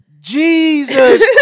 Jesus